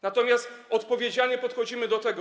Natomiast odpowiedzialnie podchodzimy do tego.